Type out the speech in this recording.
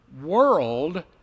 world